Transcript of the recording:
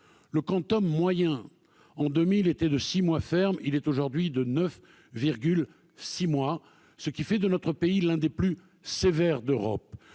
Le quantum moyen en 2000 était de 6 mois ferme : il est aujourd'hui de 9,6 mois, ce qui fait de notre pays l'un des plus sévères d'Europe.